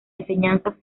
enseñanza